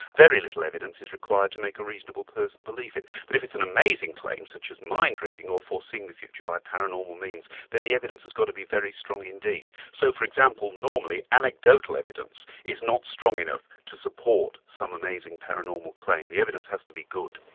very little evidence is required to make a reasonable person believe it. but if it's an amazing claim, such as mind-reading or foreseeing the future by paranormal means, then the evidence has got to be very strong indeed. so for example, normally, anecdotal evidence is not strong enough to support some amazing paranormal claim. the evidence has to be good.